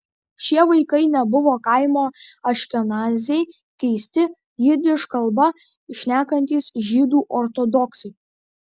šie vaikai nebuvo kaimo aškenaziai keisti jidiš kalba šnekantys žydų ortodoksai